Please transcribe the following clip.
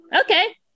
Okay